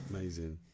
Amazing